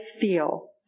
feel